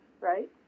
right